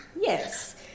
Yes